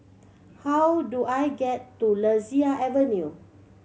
how do I get to Lasia Avenue